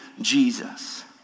Jesus